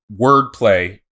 wordplay